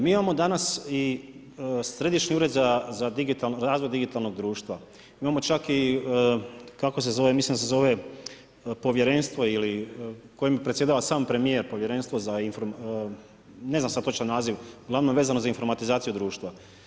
Mi imamo danas i Središnji ured za razvoj digitalnog društva, imamo čak i kako se zove, mislim da se zove povjerenstvo kojim predsjedava sam premijer, povjerenstvo za ne znam sad točan naziv, uglavnom vezano za informatizaciju društva.